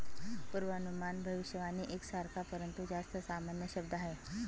पूर्वानुमान भविष्यवाणी एक सारखा, परंतु जास्त सामान्य शब्द आहे